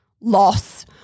loss